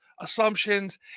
assumptions